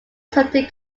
certain